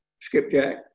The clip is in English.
skipjack